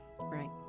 right